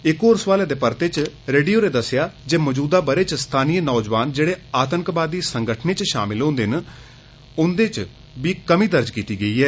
इक होर सुआले दे परते च रेड्डी होरें दस्सेआ जे मजूदा ब'रे च मकामी नौजुआन जेह्ड़ आतंकवादी संगठने च शामिल होंदे न ओहृदे च बी कमी दर्ज कीती गेई ऐ